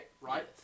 right